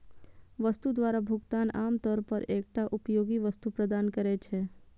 वस्तु द्वारा भुगतान आम तौर पर एकटा उपयोगी वस्तु प्रदान करै छै